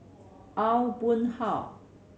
Aw Boon Haw